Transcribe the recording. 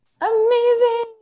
amazing